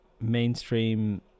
mainstream